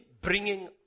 bringing